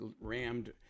rammed